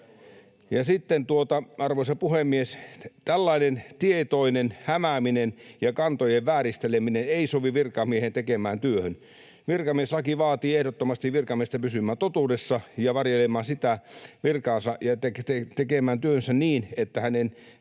sitten, arvoisa puhemies: Tällainen tietoinen hämääminen ja kantojen vääristeleminen ei sovi virkamiehen tekemään työhön. Virkamieslaki vaatii ehdottomasti virkamiestä pysymään totuudessa ja varjelemaan sitä virkaansa ja tekemään työnsä niin, että hänen